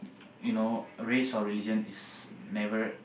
you know race or religion is never